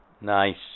Nice